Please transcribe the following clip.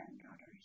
granddaughters